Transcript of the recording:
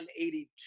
182